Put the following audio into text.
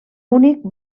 únic